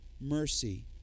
mercy